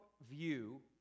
view